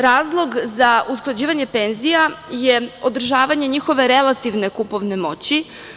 Razlog za usklađivanje penzija je održavanje njihove relativne kupovne moći.